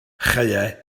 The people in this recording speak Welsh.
chaeau